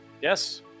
Yes